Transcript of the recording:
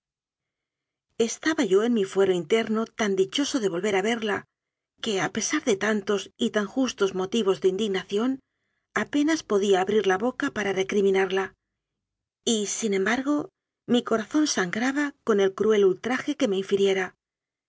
estaba yo en mi fuero interno tan dichoso de volver a verla que a pesar de tantos y tan justos motivos de indignación apenas podía abrir la boca para recriminarla y sin embargo mi corazón sangraba con el cruel ultraje que me infiriera in